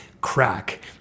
crack